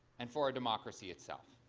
and for our democracy itself.